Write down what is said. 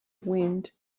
wind